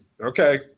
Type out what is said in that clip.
okay